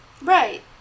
Right